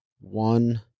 one